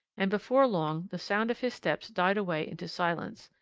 and before long the sound of his steps died away into silence,